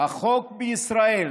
החוק בישראל